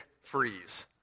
freeze